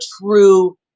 true